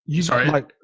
Sorry